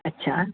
अच्छा